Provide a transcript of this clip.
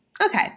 Okay